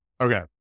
Okay